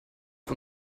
auf